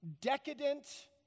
decadent